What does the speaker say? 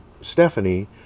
Stephanie